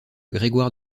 grégoire